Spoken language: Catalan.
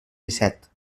disset